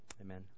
Amen